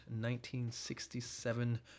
1967